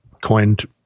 coined